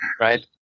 right